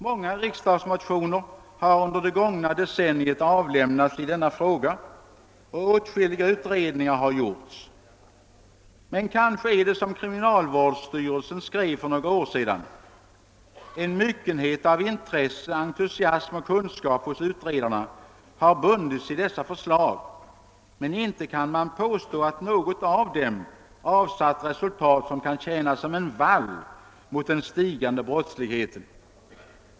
Många riksdagsmotioner har under det gångna decenniet avlämnats i denna fråga, och åtskilliga utredningar har gjorts. Men kanske är det som kriminalvårdsstyrelsen skrev för några år sedan: »En myckenhet av intresse, entusiasm och kunskap hos utredarna har bundits i dessa förslag, men inte kan man påstå att något av dem avsatt resultat som kan tjäna som en vall mot den stigande brottsligheten.